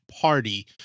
party